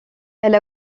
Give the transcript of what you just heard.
elle